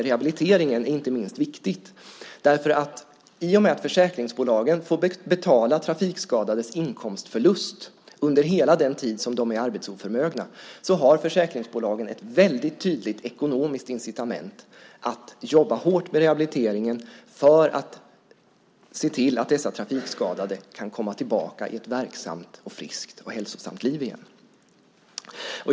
Rehabiliteringen är inte minst viktig, herr talman, därför att i och med att försäkringsbolagen får betala trafikskadades inkomstförlust under hela den tid som de är arbetsoförmögna har försäkringsbolagen ett väldigt tydligt ekonomiskt incitament att jobba hårt med rehabiliteringen för att se till att dessa trafikskadade kan komma tillbaka i ett verksamt, friskt och hälsosamt liv igen.